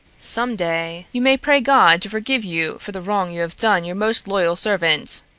some day you may pray god to forgive you for the wrong you have done your most loyal servant.